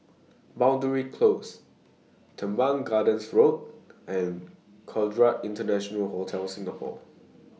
Boundary Close Teban Gardens Road and Conrad International Hotel Singapore